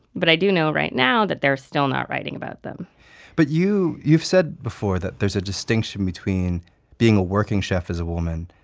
but i do know right now that they're still not writing about them but you've said before that there's a distinction between being a working chef as a woman,